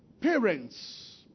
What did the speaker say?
parents